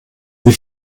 wie